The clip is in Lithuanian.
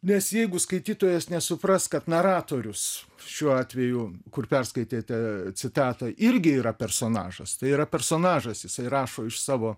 nes jeigu skaitytojas nesupras kad naratorius šiuo atveju kur perskaitėte citata irgi yra personažas tai yra personažas jisai rašo iš savo